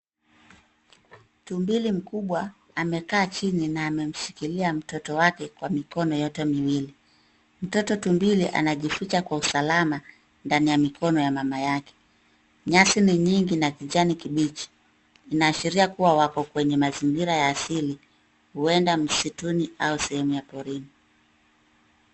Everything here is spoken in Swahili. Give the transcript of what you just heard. Tumbili mkubwa amekaa chini na amemshikilia mtoto wa kwa mikono yote miwili. Mtoto tumbili anajificha kwa usalama, ndani ya mikono ya mama yake. Nyasi ni nyingi na ya kijani kibichi, inaashiria kua wako kwenye mazingira ya asili, huenda msituni au sehemu ya porini.